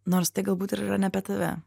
nors tai galbūt ir yra ne apie tave